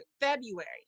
February